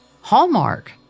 Hallmark